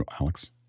Alex